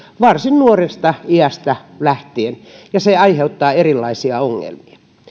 varsin nuoresta iästä lähtien ja se aiheuttaa erilaisia ongelmia